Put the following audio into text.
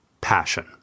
passion